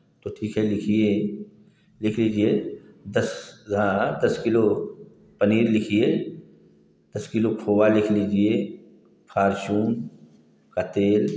तो ठीक है लिखिए लिख लीजिए दस ग्यारह किलो पनीर लिखिए दस किलो खोआ लिख लीजिए फार्चून का तेल